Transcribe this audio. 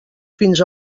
fins